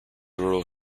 rural